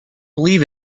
believe